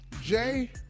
Jay